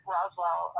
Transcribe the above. Roswell